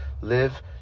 live